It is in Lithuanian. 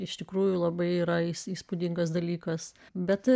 iš tikrųjų labai yra įspūdingas dalykas bet